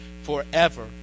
forever